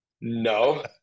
no